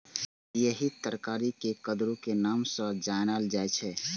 एहि तरकारी कें कुंदरू के नाम सं जानल जाइ छै